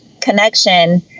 connection